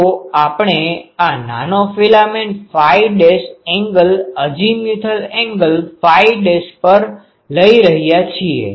તો આપણે આ નાનો filament phi dash angle azimuthal angle phi dash પર લઈ રહ્યા છીએ